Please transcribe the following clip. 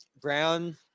Brown